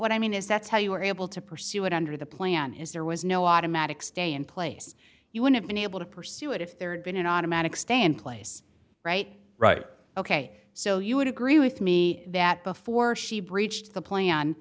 what i mean is that's how you were able to pursue it under the plan is there was no automatic stay in place you would have been able to pursue it if there had been an automatic stand place right right ok so you would agree with me that before she breached the plan